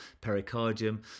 pericardium